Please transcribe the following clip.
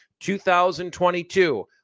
2022